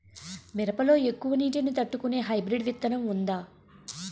మిరప లో ఎక్కువ నీటి ని తట్టుకునే హైబ్రిడ్ విత్తనం వుందా?